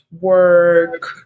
work